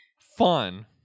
fun